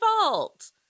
fault